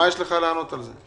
מה יש לך לענות על זה?